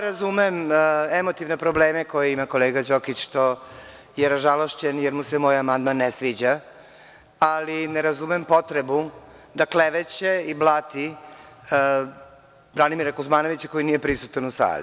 Razumem emotivne probleme koje ima kolega Đokić što je ražalošćen jer mu se moj amandman ne sviđa, ali ne razumem potrebu da kleveće i blati Branimira Kuzmanovića koji nije prisutan u sali.